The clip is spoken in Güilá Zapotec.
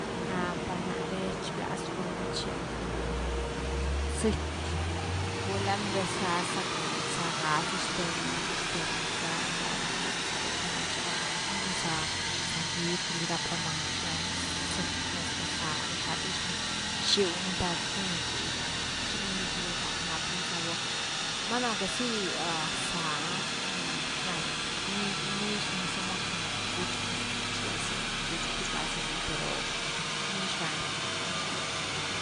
Par nare rchigalz rucka gunche cun zëty, gula nuvez gaza cun záh ga zy xten-xten ra, raza bel ni gunche, valna rninu za gidy vali rap rama xilani, zëty rnia zacka, záh ni cka tëxma, rxiu ni par gunu freir lá rama, chin nix zaru rdaw ni rapni sabor, bueno aun que si záh ah nixni somen como que cuch casi queity rchiglasiasa cuch pur gazi ni pero nix gani-nix gani.